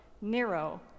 Nero